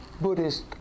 Buddhist